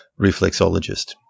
reflexologist